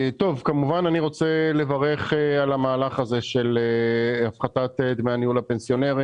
רוצה לברך על המהלך הזה של הפחת דמי הניהול הפנסיונרי.